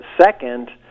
Second